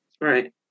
Right